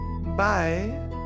bye